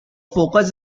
focus